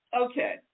Okay